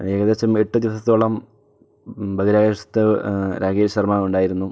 ഏകദേശം എട്ട് ദിവസത്തോളം ബഹിരാകാശത്ത് രാകേഷ് ശർമ്മ ഉണ്ടായിരുന്നു